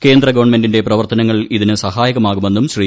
കേന്ദ്ര ഗവൺമെന്റിന്റെ പ്രവർത്തനങ്ങൾ ഇതിന് സഹായമാകുമെന്നും ശ്രീ